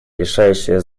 решающее